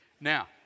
Now